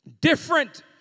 different